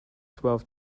twelve